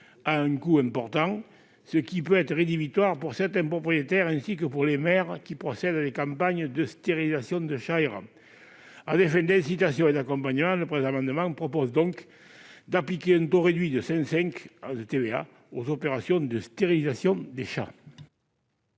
a un coût important, ce qui peut être rédhibitoire pour certains propriétaires, ainsi que pour les maires qui procèdent à des campagnes de stérilisation de chats errants. À des fins d'incitation et d'accompagnement, le présent amendement vise donc à appliquer un taux de TVA réduit à 5,5 % aux opérations de stérilisation des chats.